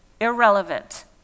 irrelevant